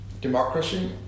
Democracy